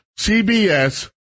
CBS